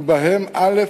ובהם: א.